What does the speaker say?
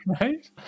right